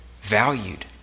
valued